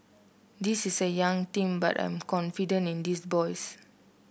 this is a young team but I am confident in these boys